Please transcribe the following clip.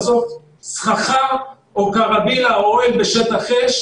בסוף סככה או קרווילה או אוהל בשטח אש